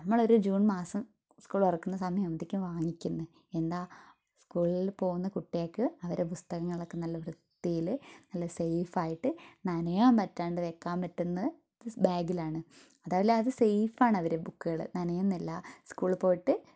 നമ്മളൊരു ജൂൺ മാസം സ്കൂൾ തുറക്കുന്ന സമയം ആകുമ്പോഴേക്കും വാങ്ങിക്കും എന്താ സ്കൂളിൽ പോകുന്ന കുട്ടികൾക്ക് അവരുടെ പുസ്തകങ്ങൾ ഒക്കെ നല്ല വൃത്തിയിൽ നല്ല സേഫ് ആയിട്ട് നനയാൻ പറ്റാണ്ട് വെക്കാൻ പറ്റുന്നത് ബാഗിലാണ് അതുപോലെ അത് സേഫ് ആണ് അവരുടെ ബുക്കുകൾ നനയുന്നില്ല സ്കൂളിൽ പോയിട്ട്